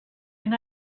and